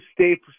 stay